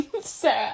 Sarah